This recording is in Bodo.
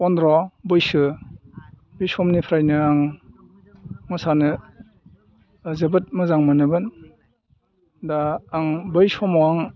फन्द्र' बैसो बे समनिफ्रायनो आं मोसानो जोबोद मोजां मोनोमोन दा आं बै समाव आं